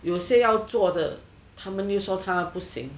有些要做的他们又说他们不行